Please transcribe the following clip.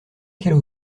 qu’elle